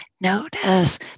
notice